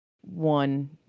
one